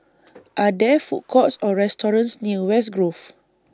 Are There Food Courts Or restaurants near West Grove